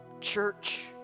Church